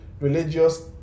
religious